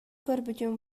көрбүтүм